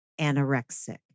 anorexic